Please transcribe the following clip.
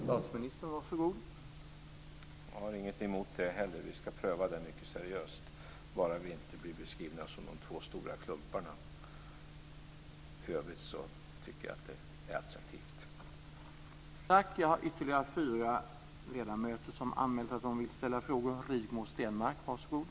Herr talman! Jag har ingenting emot det heller. Vi ska pröva det mycket seriöst, bara vi inte blir beskrivna som de två stora klumparna. I övrigt tycker jag att det är attraktivt.